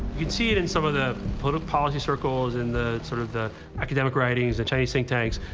you can see it in some of the policy circles and the, sort of the academic writings, the chinese think tanks,